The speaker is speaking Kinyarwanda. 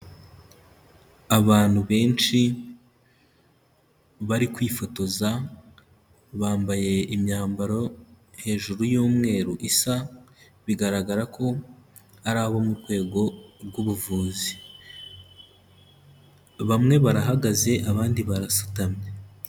Abantu benshi bari kwifotoza, bambaye imyambaro hejuru y'umweru isa, bigaragara ko ari abo mu rwego rwubuvuzi. Bamwe barahagaze abandi barasutamye.